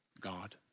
God